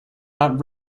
not